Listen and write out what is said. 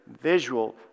visual